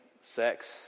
sex